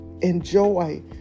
enjoy